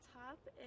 top